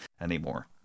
anymore